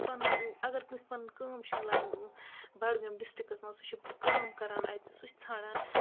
پَنٕنۍ اَگر کٲنٛسہِ پَنُن کٲم چھُ مِلان بڈگٲمۍ ڈِسٹرکَس مَنٛز سُہ چھُ کٲم کَران اَتہِ سُہ چھِ ژھانڈان